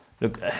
look